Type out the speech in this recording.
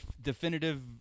definitive